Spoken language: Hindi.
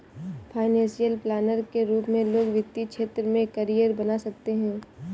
फाइनेंशियल प्लानर के रूप में लोग वित्तीय क्षेत्र में करियर बना सकते हैं